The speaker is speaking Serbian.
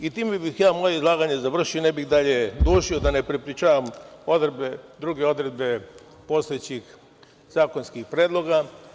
Time bih ja moje izlaganje završio, ne bih dalje dužio, da ne prepričavam druge odredbe postojećih zakonskih predloga.